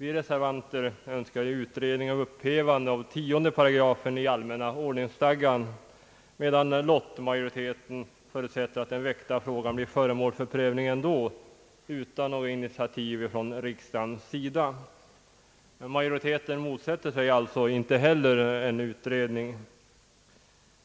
Vi reservanter önskar utredning av frågan om upphävande av 10 § allmänna ordningsstadgan medan lottmajoriteten förutsätter att den väckta frågan blir föremål för prövning utan någol initiativ från riksdagens sida. Majoriteten motsätter sig alltså inte heller en utredning.